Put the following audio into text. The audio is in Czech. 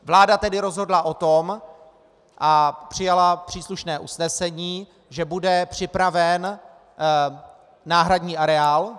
Vláda tedy rozhodla o tom a přijala příslušné usnesení, že bude připraven náhradní areál.